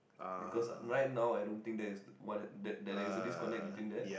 because right now I don't think that's what there's there's a disconnect between that